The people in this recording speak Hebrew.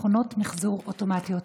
מכונות מחזור אוטומטיות.